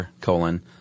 colon